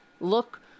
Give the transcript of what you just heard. Look